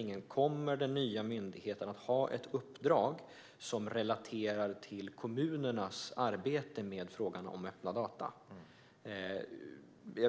heller. Kommer den nya myndigheten att ha ett uppdrag som relaterar till kommunernas arbete med frågan om öppna data?